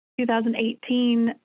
2018